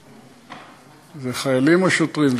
אלה חיילים או שוטרים?